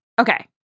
okay